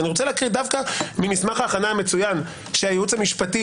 ואני רוצה להקריא דווקא ממסמך ההכנה המצוין שהייעוץ המשפטי